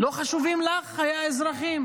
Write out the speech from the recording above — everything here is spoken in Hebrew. לא חשובים לך חיי האזרחים?